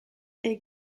est